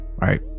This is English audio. right